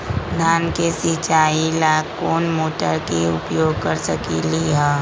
धान के सिचाई ला कोंन मोटर के उपयोग कर सकली ह?